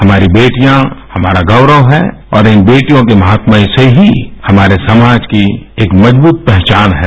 हमारी बेटियाँ हमारा गौरव हैं और इन बेटियों के महात्मय से ही हमारे समाज की एक मजबूत पहचान है